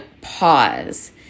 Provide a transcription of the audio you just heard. pause